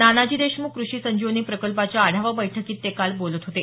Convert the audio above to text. नानाजी देशमुख कृषी संजीवनी प्रकल्पाच्या आढावा बैठकीत ते काल बोलत होते